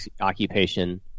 occupation